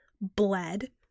bled